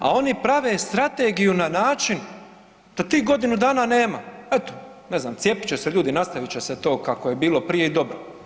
A oni prave strategiju na način da tih godinu dana nema, eto ne znam cijepit će se ljudi, nastavit će se to kako je bilo prije i dobro.